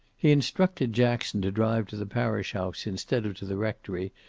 he instructed jackson to drive to the parish house instead of to the rectory,